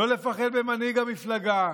לא לפחד ממנהיג המפלגה,